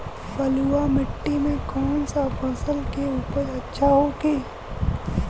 बलुआ मिट्टी में कौन सा फसल के उपज अच्छा होखी?